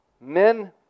Men